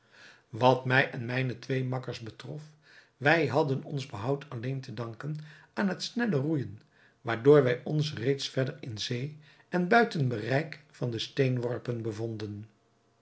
wat mij en mijne twee makkers betrof wij hadden ons behoud alleen te danken aan het snelle roeijen waardoor wij ons reeds verder in zee en buiten bereik van de steenworpen bevonden